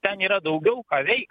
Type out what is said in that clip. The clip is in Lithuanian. ten yra daugiau ką veik